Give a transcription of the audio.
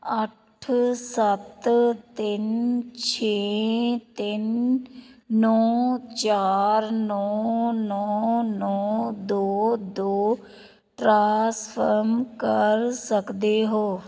ਅੱਠ ਸੱਤ ਤਿੰਨ ਛੇ ਤਿੰਨ ਨੌਂ ਚਾਰ ਨੌਂ ਨੌਂ ਨੌਂ ਦੋ ਦੋ ਟ੍ਰਾਂਸਫਰ ਕਰ ਸਕਦੇ ਹੋ